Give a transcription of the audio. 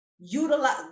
utilize